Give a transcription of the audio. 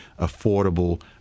affordable